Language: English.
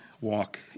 walk